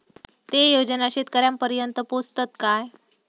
ते योजना शेतकऱ्यानपर्यंत पोचतत काय?